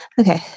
Okay